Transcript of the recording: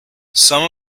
some